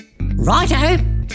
Righto